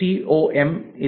സിഓഎം pkabc